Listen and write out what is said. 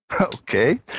Okay